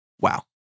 Wow